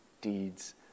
deeds